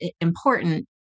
important